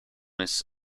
his